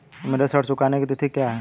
मेरे ऋण चुकाने की तिथि क्या है?